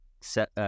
set